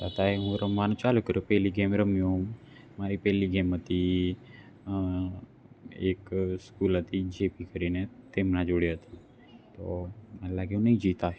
છતાય હું રમવાનું ચાલુ કર્યું પહેલી ગેમ રમ્યો હું મારી પહેલી ગેમ હતી એક સ્કૂલ હતી જેપી કરીને તેમના જોડે હતી તો મને લાગ્યું નહીં જીતાય